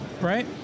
right